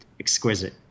exquisite